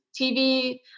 TV